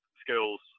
skills